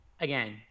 again